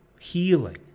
healing